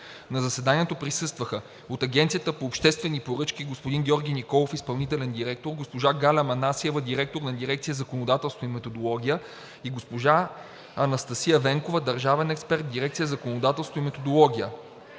На заседанието присъстваха: от Агенцията по обществени поръчки – господин Георги Николов – изпълнителен директор, госпожа Галя Манасиева – директор на дирекция „Законодателство и методология“, и госпожа Анастасия Венкова – държавен експерт в дирекция „Законодателство и методология“;